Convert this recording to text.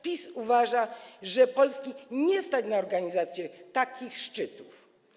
PiS uważa, że Polski nie stać na organizację takich szczytów.